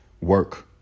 work